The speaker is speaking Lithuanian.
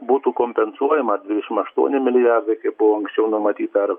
būtų kompensuojama dvidešim aštuoni milijardai kaip buvo anksčiau numatyta ar